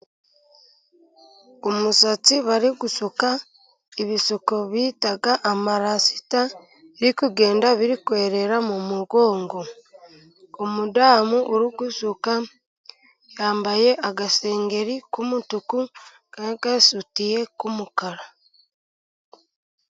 Umusatsi bari gusuka ibisuko bita amarasita biri kugenda birikwerera mu mugongo. Umudamu uruguzuka yambaye agasengeri k'umutuku n'agasutiye k'umukara.